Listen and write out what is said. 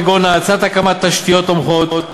כגון: האצת הקמת תשתיות תומכות,